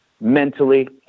mentally